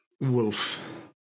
Wolf